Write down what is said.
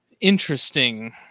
interesting